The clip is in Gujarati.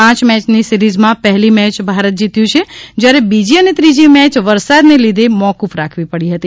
પાંચ મેયની સિરીઝમાં પહેલી મેચ ભારત જીત્યું છે જ્યારે બીજી અને ત્રીજી મેચ વરસાદને લીધે મોકૂફ રાખવી પડી હતી